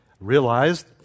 Realized